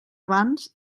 abans